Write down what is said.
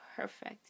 perfect